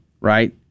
right